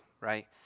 right